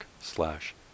slash